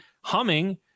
humming